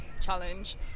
challenge